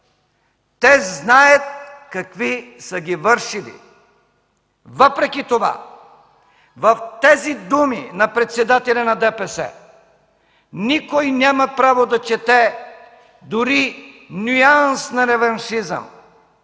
Те знаят какви са ги вършили. Въпреки това в тези думи на председателя на ДПС никой няма право да чете дори нюанс на реваншизъм,